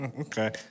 Okay